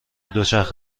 دوچرخه